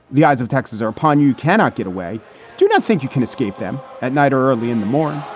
the eyes of texas are upon. you cannot get away do not think you can escape them at night. early in the morning.